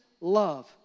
love